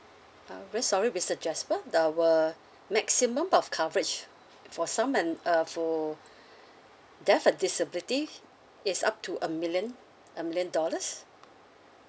uh very sorry mister jasper there were maximum of coverage for sum and uh for death and disability is up to a million a million dollars